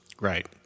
Right